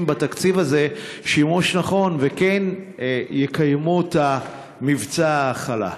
בתקציב הזה שימוש נכון ואכן יקיימו את מבצע ההאכלה.